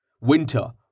winter